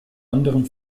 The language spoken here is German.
anderem